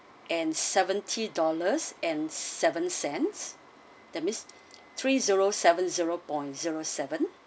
and seventy dollars and seven cents that means three zero seven zero point zero seven